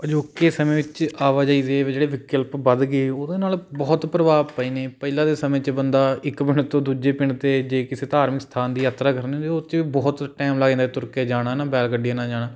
ਅਜੋਕੇ ਸਮੇਂ ਵਿੱਚ ਆਵਾਜਾਈ ਦੇ ਵੀ ਜਿਹੜੇ ਵਿਕਲਪ ਵਧ ਗਏ ਉਹਦੇ ਨਾਲ ਬਹੁਤ ਪ੍ਰਭਾਵ ਪਏ ਨੇ ਪਹਿਲਾਂ ਦੇ ਸਮੇਂ 'ਚ ਬੰਦਾ ਇੱਕ ਪਿੰਡ ਤੋਂ ਦੂਜੇ ਪਿੰਡ ਅਤੇ ਜੇ ਕਿਸੇ ਧਾਰਮਿਕ ਸਥਾਨ ਦੀ ਯਾਤਰਾ ਕਰਨੀ ਉਹ 'ਚ ਬਹੁਤ ਟਾਇਮ ਲੱਗ ਜਾਂਦਾ ਤੁਰ ਕੇ ਜਾਣਾ ਹੈ ਨਾ ਬੈਲ ਗੱਡੀਆਂ ਨਾਲ ਜਾਣਾ